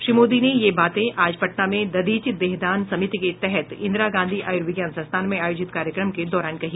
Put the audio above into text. श्री मोदी ने यह बातें आज पटना में दधीचि देहदान समिति के तहत इंदिरा गांधी आयुर्विज्ञान संस्थान में आयोजित कार्यक्रम के दौरान कही